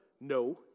No